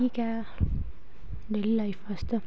ठीक ऐ daily life आस्तै